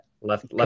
Left